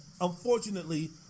unfortunately